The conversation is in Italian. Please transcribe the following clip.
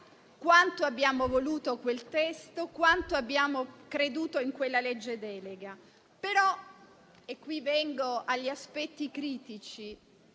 quanto abbiamo voluto quel testo e quanto abbiamo creduto in quella legge delega. Però - e qui vengo agli aspetti critici